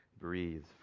breathe